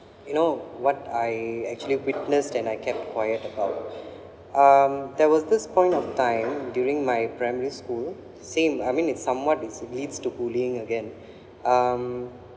you know what I actually witness then I kept quiet about um there was this point of time during my primary school same I mean it's somewhat it's leads to bullying again um